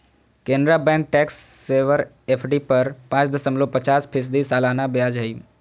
Canara bank tax saver FD पर पाच दशमलब पचास फीसदी सालाना ब्याज हइ